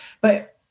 But-